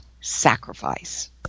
sacrifice